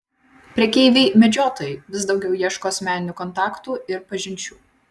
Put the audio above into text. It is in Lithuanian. prekeiviai medžiotojai vis daugiau ieško asmeninių kontaktų ir pažinčių